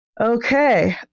Okay